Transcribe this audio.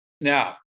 Now